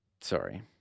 Sorry